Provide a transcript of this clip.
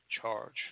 charge